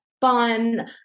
fun